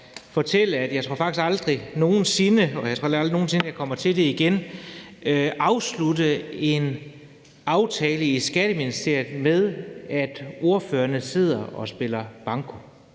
fortælle, at jeg faktisk aldrig nogen sinde tror, jeg har afsluttet – og jeg tror aldrig nogen sinde, jeg kommer til det igen – en aftale i Skatteministeriet med, at ordførerne sidder og spiller banko.